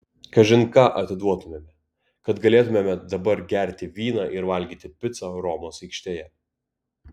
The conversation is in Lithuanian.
kažin ką atiduotumėme kad galėtumėme dabar gerti vyną ir valgyti picą romos aikštėje